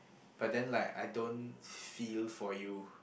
but then like I don't feel for you